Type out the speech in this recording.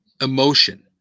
emotion